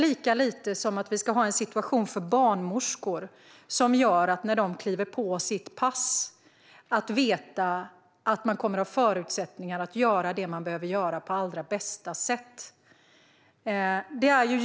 Lika lite ska vi ha en situation för barnmorskor som gör att de, när de kliver på sitt pass, inte vet om de kommer att ha förutsättningar för att göra det de behöver göra på allra bästa sätt.